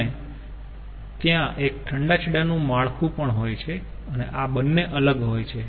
અને ત્યાં એક ઠંડા છેડા નું માળખું પણ હોય છે અને આ બંને અલગ હોય છે